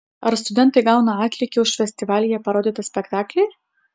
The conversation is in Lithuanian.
ar studentai gauna atlygį už festivalyje parodytą spektaklį